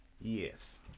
Yes